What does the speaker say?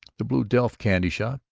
the blue delft candy shop,